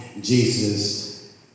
Jesus